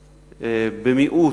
במיעוט,